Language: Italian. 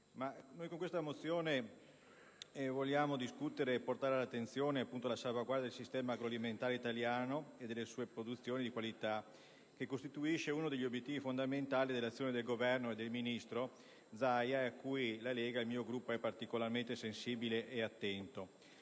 corretto) intendiamo discutere e portare all'attenzione dell'Aula il problema della salvaguardia del sistema agroalimentare italiano e delle sue produzioni di qualità, che costituisce uno degli obiettivi fondamentali dell'azione di Governo e del ministro Zaia a cui il mio Gruppo è particolarmente sensibile ed attento.